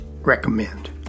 recommend